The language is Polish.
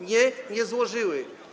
Nie, nie złożyły.